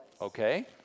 Okay